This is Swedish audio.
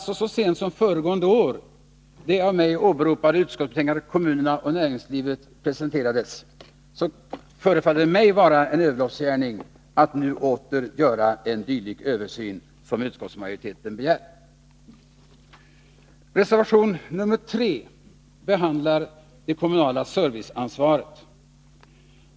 Så sent som föregående år framlades det av mig åberopade utredningsbetänkandet Kommunerna och näringslivet angående den kommunala kompetensen på näringslivets område. Det måste därför vara en överloppsgärning att nu åter göra en dylik översyn. Reservation 3 behandlar det kommunala serviceansvaret.